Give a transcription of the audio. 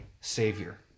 Savior